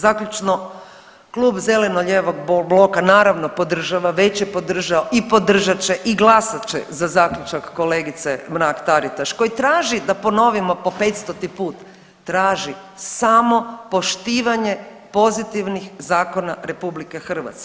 Zaključno, Klub zeleno-lijevog bloka naravno podržava, već je podržao i podržat će i glasat će za zaključak kolegice Mrak Taritaš koji traži da ponovimo po petstoti put, traži samo poštivanje pozitivnih zakona RH.